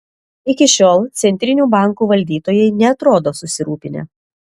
iki šiol centrinių bankų valdytojai neatrodo susirūpinę